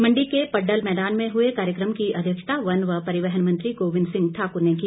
मंडी के पड्डल मैदान में हुए कार्यक्षम की अध्यक्षता वन व परिवहन मंत्री गोविन्द सिंह ठाकुर ने की